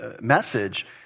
message